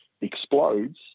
explodes